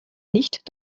nicht